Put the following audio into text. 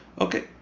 Okay